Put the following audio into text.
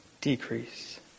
decrease